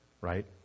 right